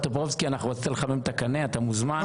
טופורובסקי, רצית לחמם את הקנה, אתה מוזמן.